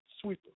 sweeper